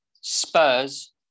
Spurs